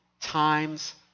times